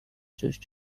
chose